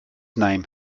name